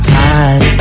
time